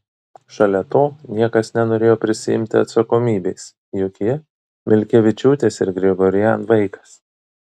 šalia to niekas nenorėjo prisiimti atsakomybės juk ji milkevičiūtės ir grigorian vaikas